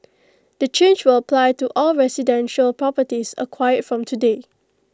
the change will apply to all residential properties acquired from today